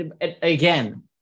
Again